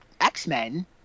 x-men